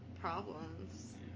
problems